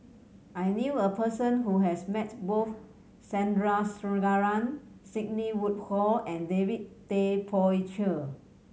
I knew a person who has met both Sandrasegaran Sidney Woodhull and David Tay Poey Cher